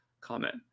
comment